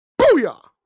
Booyah